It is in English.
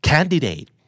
Candidate